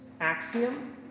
axiom